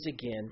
again